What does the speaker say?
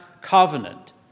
covenant